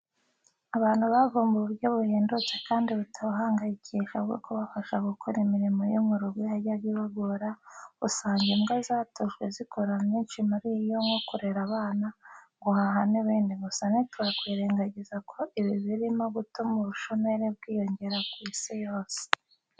Abantu bavumbuye uburyo buhendutse kandi butabahangayikisha bwo kubafasha gukora imirimo yo mu rugo yajyaga ibagora, usanga imbwa zatojwe zikora myinshi muri yo nko kurera abana, guhaha n'ibindi, gusa ntitwakwirengagiza ko ibi birimo gutuma ubushomeri bwiyongera ku isi yose.